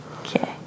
Okay